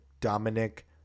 Dominic